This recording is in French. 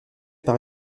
par